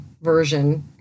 version